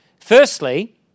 Firstly